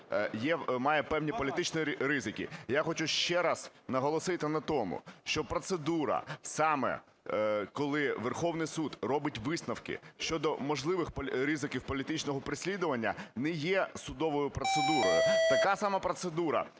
має певні політичні ризики. І я хочу ще раз наголосити на тому, що процедура, саме коли Верховний Суд робить висновки щодо можливих ризиків політичного переслідування, не є судовою процедурою. Така сама процедура